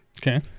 Okay